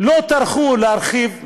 לא טרחו להרחיב,